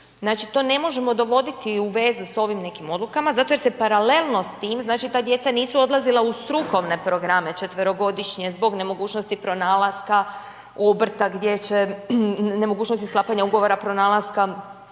to ne možemo dovoditi u vezu s ovim nekim odlukama zato jer se paralelno s tim, znači ta djeca nisu odlazila u strukovne programe četverogodišnje zbog nemogućnosti pronalaska obrta gdje će, nemogućnost sklapanja ugovora, pronalaska mjesta